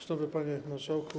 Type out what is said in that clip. Szanowny Panie Marszałku!